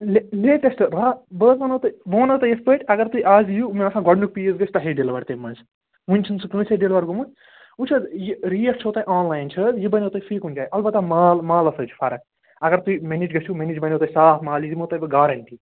لیٹَسٹہٕ راتھ بہٕ حظ وَنَو تۄہہِ بہٕ وَنو تۄہہِ یِتھٕ پٲٹھۍ اگر تُہۍ اَز یِیو مےٚ باسان گۄڈٕنیُک پیٖس گَژھِ تۄہے ڈِیلوَر تٔمہِ منٛزٕ وُنہِ چھُنہٕ سُہ کانٛسٕے ڈِیلوَر گوٚمُت وُچھ حظ یہِ ریٹ چھَو تۄہہِ آن لایِن چھِ حظ یہِ بَنیٚو تۄہہِ فی کُنہِ جایہِ البتہٕ مال مالَس حظ چھِ فرق اگر تۄہہِ مےٚ نِش گَژِھو مےٚ نِش بنیٚو تۄہہِ صاف مال یہِ دِمٕہو تۄہہِ بہٕ گارَنٹی